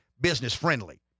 business-friendly